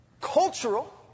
cultural